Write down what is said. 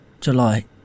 July